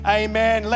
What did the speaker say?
amen